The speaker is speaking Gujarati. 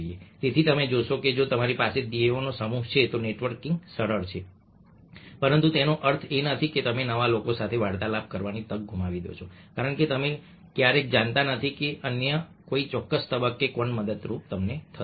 તેથી તમે જોશો કે જો તમારી પાસે ધ્યેયોનો સમૂહ છે તો નેટવર્કિંગ સરળ છે પરંતુ તેનો અર્થ એ નથી કે તમે નવા લોકો સાથે વાર્તાલાપ કરવાની તક ગુમાવી દો કારણ કે તમે ક્યારેય જાણતા નથી કે અન્ય કોઈ ચોક્કસ તબક્કે કોણ મદદરૂપ થશે